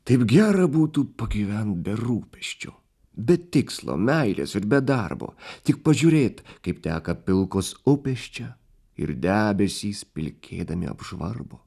taip gera būtų pagyvent be rūpesčio be tikslo meilės ir be darbo tik pažiūrėt kaip teka pilkos upės čia ir debesys pilkėdami apžvarbo